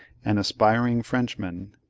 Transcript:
an aspiring frenchman.